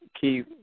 key